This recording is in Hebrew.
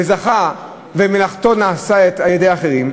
זכה ומלאכתו נעשית על-ידי אחרים,